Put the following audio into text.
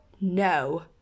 no